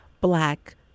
black